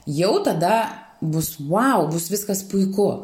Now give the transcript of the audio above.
jau tada bus vau bus viskas puiku